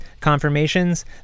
confirmations